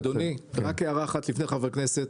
אדוני, רק הערה אחת לפני חבר הכנסת.